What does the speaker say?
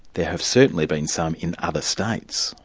there have certainly been some in other states.